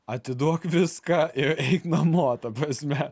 atiduok viską ir eik namo ta prasme